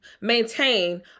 maintain